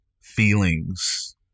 feelings